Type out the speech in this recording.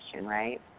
right